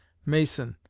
mason,